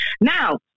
Now